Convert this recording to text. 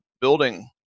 building